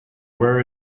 were